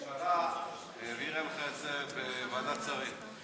הממשלה העבירה לך את זה בוועדת שרים.